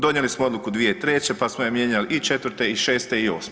Donijeli smo odluku 2003., pa smo je mijenjali i '04. i '06. i '08.